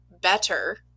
better